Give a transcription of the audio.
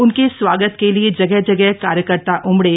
उनके स्वागत के लिए जगह जगह कार्यकर्ता उमड़े